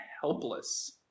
helpless